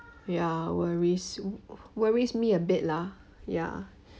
ya worries worries me a bit lah ya